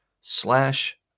slash